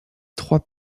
trois